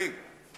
אני.